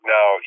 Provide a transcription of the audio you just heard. Now